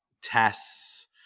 tests